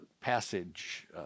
passage